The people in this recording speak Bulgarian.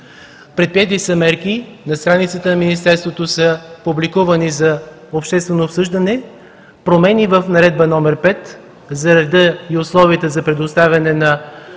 Предприети са мерки. На страницата на Министерството са публикувани за обществено обсъждане промени в Наредба № 5 за реда и условията за предоставяне на